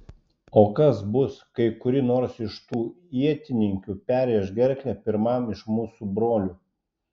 o kas bus kai kuri nors iš tų ietininkių perrėš gerklę pirmam iš mūsų brolių